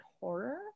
horror